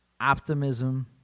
Optimism